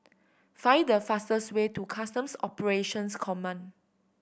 find the fastest way to Customs Operations Command